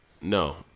no